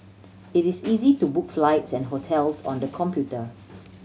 it is easy to book flights and hotels on the computer